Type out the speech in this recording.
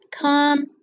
come